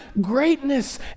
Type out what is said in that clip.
greatness